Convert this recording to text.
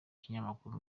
binyamakuru